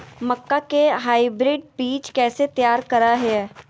मक्का के हाइब्रिड बीज कैसे तैयार करय हैय?